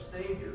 Savior